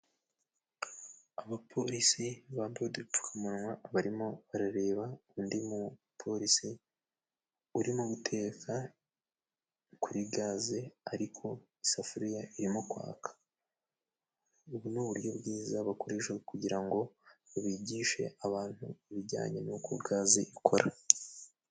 Abapolisi bambaye udupfukamunwa barimo barareba undi mupolisi urimo guteka kuri gaze ariko isafuriya irimo kwaka. Ubu ni uburyo bwiza bakoresha kugira ngo bigishe abantu ibijyanye n'uko gaze ikora.